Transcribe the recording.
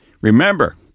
Remember